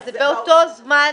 אז זה באותו זמן